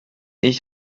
ich